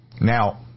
Now